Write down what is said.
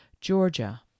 Georgia